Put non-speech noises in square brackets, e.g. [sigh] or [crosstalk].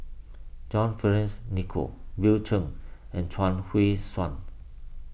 [noise] John Fearns Nicoll Bill Chen and Chuang Hui Tsuan